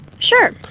Sure